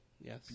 yes